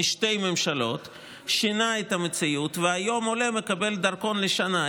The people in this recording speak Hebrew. שתי ממשלות שינה את המציאות והיום עולה מקבל דרכון לשנה.